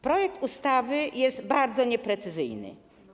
Projekt ustawy jest bardzo nieprecyzyjny.